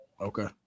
Okay